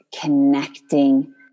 connecting